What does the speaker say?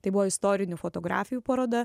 tai buvo istorinių fotografijų paroda